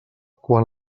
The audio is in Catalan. quan